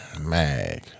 Mag